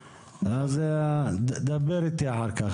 אז דבר איתי אחר כך.